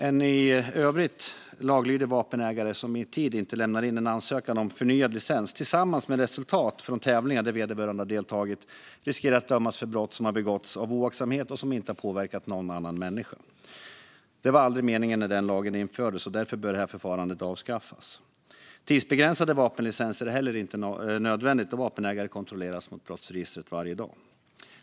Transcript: En i övrigt laglydig vapenägare som inte i tid lämnar in en ansökan om förnyad licens tillsammans med resultat från tävlingar där vederbörande har deltagit riskerar att dömas för ett brott som begåtts av oaktsamhet och som inte påverkat någon annan människa. Det var aldrig meningen när lagen infördes, och därför bör detta förfarande avskaffas. Tidsbegränsade vapenlicenser är heller inte nödvändigt då vapenägare kontrolleras mot brottsregistret varje dag.